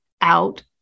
out